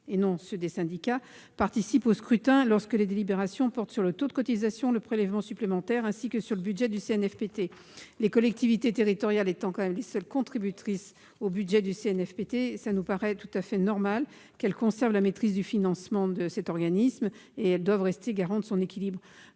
et non ceux des syndicats, participent au scrutin lorsque les délibérations portent sur le taux de cotisation et le prélèvement supplémentaire, ainsi que sur le budget du CNFPT. Les collectivités territoriales étant les seules contributrices au budget du CNFPT, il nous semble normal qu'elles conservent la maîtrise du financement de cet organisme et qu'elles restent le garant de son équilibre.